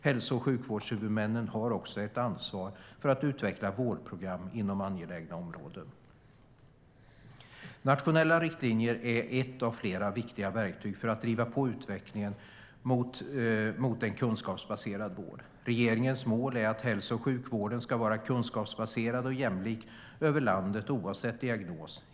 Hälso och sjukvårdshuvudmännen har också ett ansvar för att utveckla vårdprogram inom angelägna områden. Nationella riktlinjer är ett av flera viktiga verktyg för att driva på utvecklingen mot kunskapsbaserad vård. Regeringens mål är att hälso och sjukvården ska vara kunskapsbaserad och jämlik över hela landet, oavsett diagnos.